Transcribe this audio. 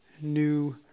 new